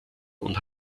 und